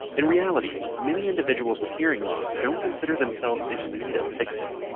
in reality, many individuals with hearing loss don't consider themselves in need of fixing.